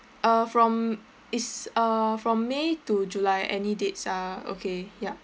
uh from is uh from may to july any dates are okay ya